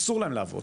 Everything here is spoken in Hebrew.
אסור להם לעבוד.